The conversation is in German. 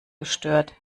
gestört